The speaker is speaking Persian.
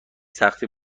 سختی